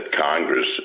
Congress